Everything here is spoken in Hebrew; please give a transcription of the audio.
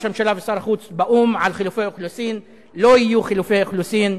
הממשלה ושר החוץ באו"ם על חילופי אוכלוסין.